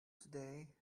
today